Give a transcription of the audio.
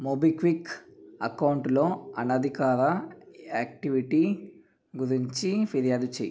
MobiKwik అకౌంటులో అనధికార activity గురించి ఫిర్యాదు చెయ్యి